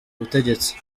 butegetsi